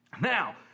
Now